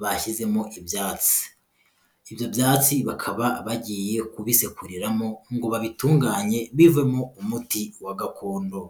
bashyizemo ibyatsi, ibyo byatsi bakaba bagiye kubisekuriramo ngo babitunganye bivemo umuti wa gakondo.